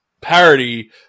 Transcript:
parody